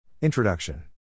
Introduction